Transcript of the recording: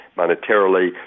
monetarily